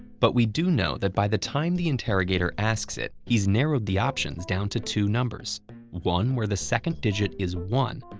but we do know that by the time the interrogator asks it, he's narrowed the options down to two numbers one where the second digit is one,